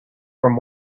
from